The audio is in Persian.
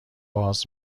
باز